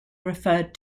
referred